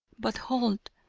but hold!